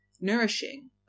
nourishing